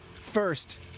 first